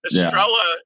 Estrella